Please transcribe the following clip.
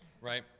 right